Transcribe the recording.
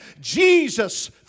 Jesus